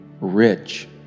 rich